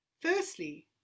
Firstly